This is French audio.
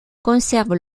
conservent